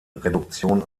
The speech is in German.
reduktion